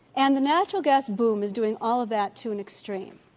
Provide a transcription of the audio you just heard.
and the natural gas boom is doing all of that to and extreme.